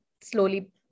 slowly